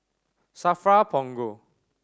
SAFRA Punggol